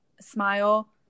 smile